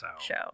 show